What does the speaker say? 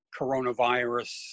coronavirus